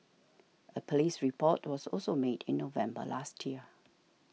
a police report was also made in November last year